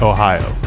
Ohio